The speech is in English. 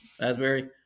Asbury